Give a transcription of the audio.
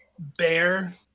bear